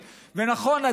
נכון,